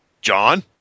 John